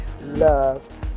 love